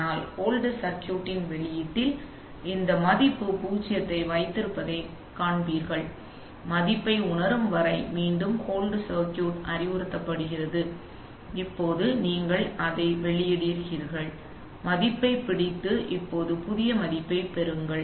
ஆனால் ஹோல்ட் சர்க்யூட்டின் வெளியீட்டில் இந்த மதிப்பு பூஜ்ஜியத்தை வைத்திருப்பதைக் காண்பீர்கள் மதிப்பை உணரும் வரை மீண்டும் ஹோல்ட் சர்க்யூட் அறிவுறுத்தப்படுகிறது இப்போது நீங்கள் அதை வெளியிடுகிறீர்கள் மதிப்பைப் பிடித்து இப்போது புதிய மதிப்பைப் பெறுங்கள்